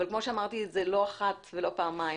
אבל כמו שאמרתי לא אחת ולא פעמיים,